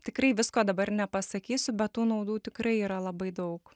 tikrai visko dabar nepasakysiu bet tų naudų tikrai yra labai daug